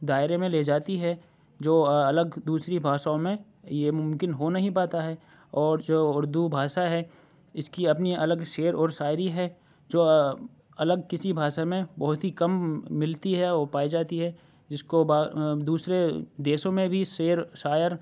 دائرے میں لے جاتی ہے جو الگ دوسری بھاشاؤں میں یہ ممکن ہو نہیں پاتا ہے اور جو اردو بھاشا ہے اس کی اپنی الگ شعر اور شاعری ہے جو الگ کسی بھاسے میں بہت ہی کم ملتی ہے اور پائی جاتی ہے جس کو با دوسرے دیشوں میں بھی شعر شاعر